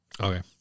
Okay